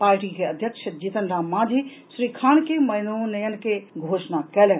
party के अध्यक्ष जीतन राम मांझी श्री खान के मनोनयन के घोषणा कयलनि